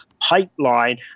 pipeline